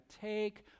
take